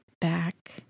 back